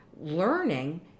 learning